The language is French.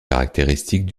caractéristiques